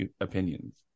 opinions